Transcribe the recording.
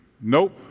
Nope